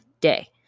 day